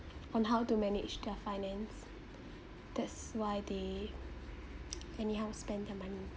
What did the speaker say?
on how to manage their finance that's why they anyhow spend their money